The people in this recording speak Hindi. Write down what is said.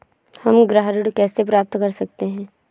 हम गृह ऋण कैसे प्राप्त कर सकते हैं?